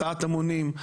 הסעת המונים.